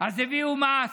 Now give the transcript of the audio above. הביאו מס,